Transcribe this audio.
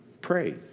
pray